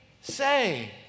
say